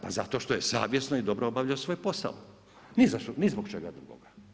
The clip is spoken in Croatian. Pa zato što je savjesno i dobro obavljao svoj posao, ni zbog čega drugoga.